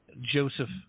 Joseph